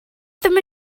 ddim